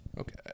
Okay